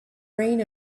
reign